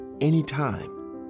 Anytime